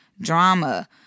drama